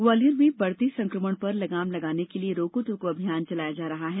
ग्वालियर में बढ़ते संक्रमण पर लगाम लगाने के लिए रोको टोको अभियान चलाया जा रहा है